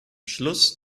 schluss